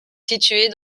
située